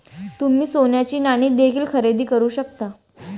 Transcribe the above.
तुम्ही सोन्याची नाणी देखील खरेदी करू शकता